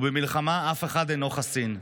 ובמלחמה אף אחד אינו חסין.